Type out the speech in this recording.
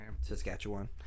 Saskatchewan